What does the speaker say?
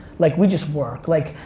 like we just work. like,